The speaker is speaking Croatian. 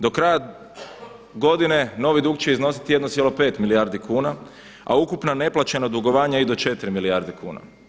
Do kraja godine novi dug će iznositi 1,5 milijardi kuna, a ukupna neplaćena dugovanja i do četiri milijarde kuna.